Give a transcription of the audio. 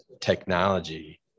technology